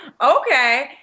Okay